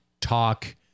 talk